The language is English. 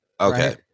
okay